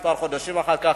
כמה חודשים אחר כך,